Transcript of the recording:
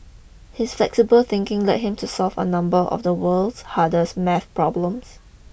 his flexible thinking led him to solve a number of the world's hardest math problems